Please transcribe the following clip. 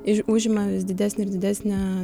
ir užima vis didesnį ir didesnę